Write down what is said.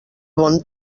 bon